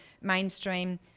mainstream